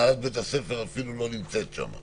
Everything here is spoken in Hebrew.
הנהלת בית הספר אפילו לא נמצאת שם.